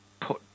put